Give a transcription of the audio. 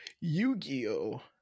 Yu-Gi-Oh